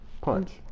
Punch